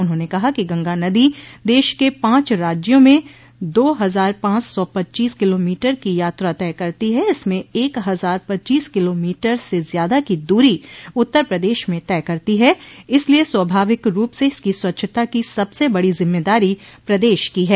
उन्होंने कहा कि गंगा नदी देश के पांच राज्यों में दो हजार पांच सौ पच्चीस किलोमीटर की यात्रा तय करती है इसमें एक हजार पच्चीस किलोमीटर से ज्यादा की दूरी उत्तर प्रदेश में तय करती ह इसलिये स्वाभाविक रूप से इसकी स्वच्छता की सबसे बड़ी जिम्मेदारी प्रदेश की है